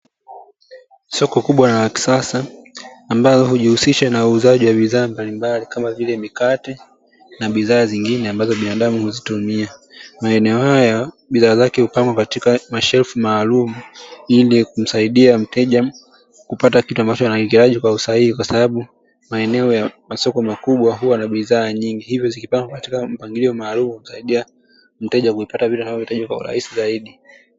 Soko kubwa na la kisasa ambalo hujihusisha na uuzaji wa bidhaa mbalimbali kama vile mikate na bidhaa zingine ambazo binadamu huzitumia. Maeneo haya bidhaa zake hupangwa katika mashelfu maalumu ili kumsaidia mteja kupata kitu ambacho anakihitaji kwa usahihi kwa sababu maeneo ya masoko makubwa huwa na bidhaa nyingi hivyo zikipangwa katika mpangilio maalumu humsaidia mteja kuvipata vitu anavyovihitaji kwa urahisi zaidi.